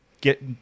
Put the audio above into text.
get